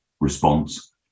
response